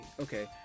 okay